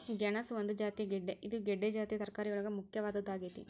ಗೆಣಸ ಒಂದು ಜಾತಿಯ ಗೆಡ್ದೆ ಇದು ಗೆಡ್ದೆ ಜಾತಿಯ ತರಕಾರಿಯೊಳಗ ಮುಖ್ಯವಾದದ್ದಾಗೇತಿ